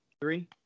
three